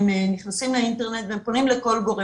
הם נכנסים לאינטרנט והם פונים לכל גורם.